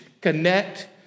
connect